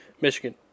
Michigan